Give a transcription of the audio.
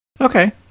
Okay